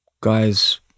guy's